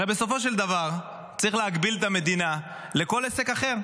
הרי בסופו של דבר צריך להקביל את המדינה לכל עסק אחר,